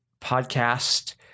podcast